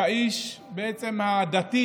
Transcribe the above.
כאיש הדתי